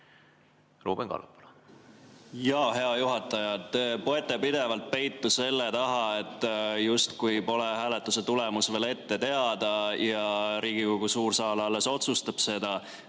Hea juhataja! Te poete pidevalt peitu selle taha, et justkui hääletuse tulemus pole veel ette teada ja Riigikogu suur saal alles otsustab seda.